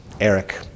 Eric